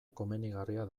komenigarria